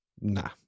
nah